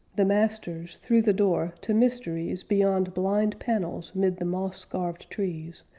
the masters, through the door, to mysteries beyond blind panels mid the moss-scarved trees,